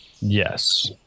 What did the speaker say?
Yes